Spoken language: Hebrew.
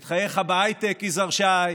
את חייך בהייטק, יזהר שי,